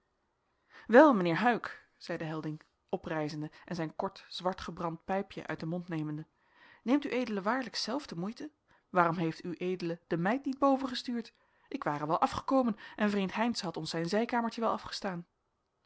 wel mijnheer huyck zeide helding oprijzende en zijn kort zwart gebrand pijpje uit den mond nemende neemt ued waarlijk zelf de moeite waarom heeft ued de meid niet boven gestuurd ik ware wel afgekomen en vriend heynsz had ons zijn zijkamertje wel afgestaan